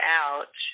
out